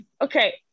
Okay